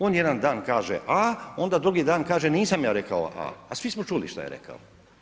On jedan dan kaže A onda drugi dan kaže, nisam ja rekao A, a svi smo čuli šta je rekao.